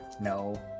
No